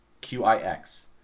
Q-I-X